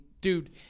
Dude